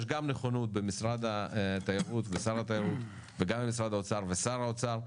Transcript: יש גם נכונות במשרד התיירות ושר התיירות וגם במשרד האוצר ושר האוצר,